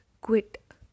quit